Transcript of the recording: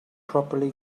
properly